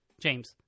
James